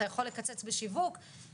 אתה יכול לקצץ בשיווק,